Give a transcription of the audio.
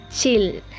chill